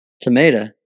Tomato